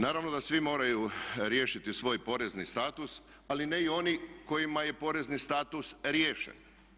Naravno da svi moraju riješiti svoj porezni status ali ne i oni kojima je porezni status riješen.